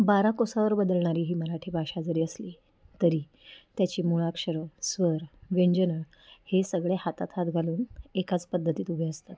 बारा कोसांवर बदलणारी ही मराठी भाषा जरी असली तरी त्याची मुळाक्षरं स्वर व्यंजनं हे सगळे हातात हात घालून एकाच पद्धतीत उभे असतात